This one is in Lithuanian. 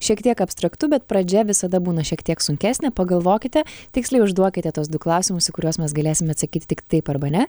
šiek tiek abstraktu bet pradžia visada būna šiek tiek sunkesnė pagalvokite tiksliai užduokite tuos du klausimus į kuriuos mes galėsime atsakyti tik taip arba ne